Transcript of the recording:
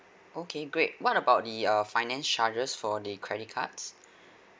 okay great what about the uh finance charges for the credit cards